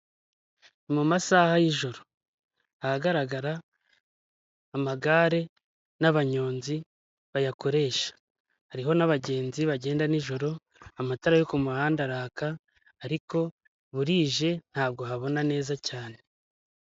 Mu masaha y'ijoro, ahagaragara amagare n'abanyonzi bayakoresha, hariho n'abagenzi bagenda n,ijoro amatara yo ku muhanda araka ariko burije ntabwo habona neza cyane.